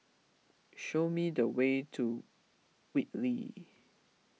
show me the way to Whitley